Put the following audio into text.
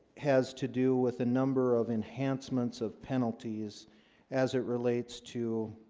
has to do with a number of enhancements of penalties as it relates to?